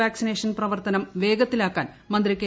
vaccination പ്രവർത്തൂനം വേഗത്തിലാക്കാൻ മന്ത്രി കെ